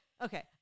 Okay